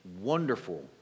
wonderful